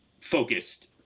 focused